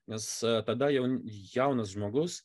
nes tada jau jaunas žmogus